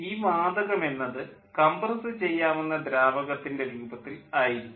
ഈ വാതകം എന്നത് കംപ്രസ് ചെയ്യാവുന്ന ദ്രാവകത്തിൻ്റെ രൂപത്തിൽ ആയിരിക്കും